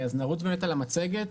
נעבור על המצגת.